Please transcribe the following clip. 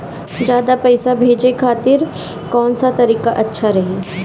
ज्यादा पईसा भेजे खातिर कौन सा तरीका अच्छा रही?